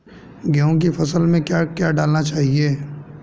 गेहूँ की फसल में क्या क्या डालना चाहिए?